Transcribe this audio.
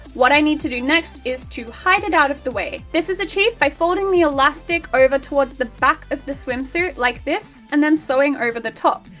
what i need need to do next is to hide it out of the way. this is achieved by folding the elastic over towards the back of the swimsuit like this, and then sewing over the top.